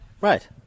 Right